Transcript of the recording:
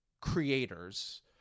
creators